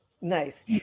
nice